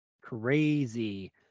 Crazy